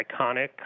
iconic